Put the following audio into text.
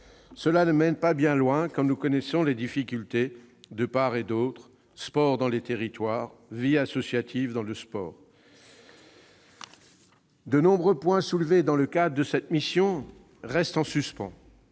Cela ne mène pas bien loin quand nous connaissons les difficultés de part et d'autre : sport dans les territoires, vie associative dans le sport. De nombreux points soulevés dans le cadre de cette mission restent en suspens